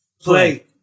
Play